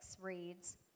reads